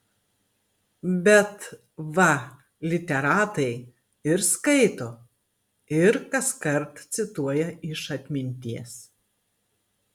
bet va literatai ir skaito ir kaskart cituoja iš atminties